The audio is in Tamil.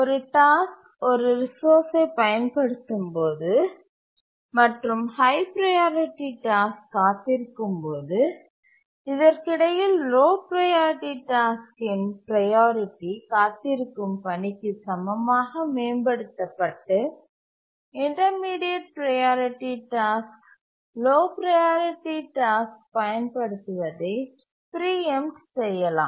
ஒரு டாஸ்க் ஒரு ரிசோர்ஸ்சை பயன்படுத்தும் போது மற்றும் ஹய் ப்ரையாரிட்டி டாஸ்க் காத்திருக்கும்போது இதற்கிடையில் லோ ப்ரையாரிட்டி டாஸ்க்கின் ப்ரையாரிட்டி காத்திருக்கும் பணிக்கு சமமாக மேம்படுத்தப்பட்டு intermediate priority task low priority task பயன்படுத்துவதை பிரீஎம்ட் செய்யலாம்